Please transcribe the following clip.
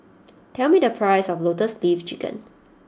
tell me the price of Lotus Leaf Chicken